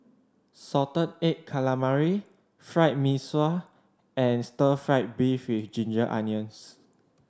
salted egg calamari Fried Mee Sua and stir fried beef with ginger onions